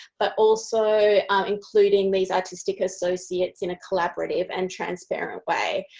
but also including these artistic associates in a collaborative and transparent way.